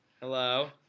Hello